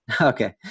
okay